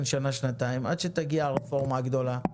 שנה-שנתיים עד שתגיע הרפורמה הגדולה.